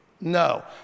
No